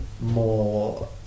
more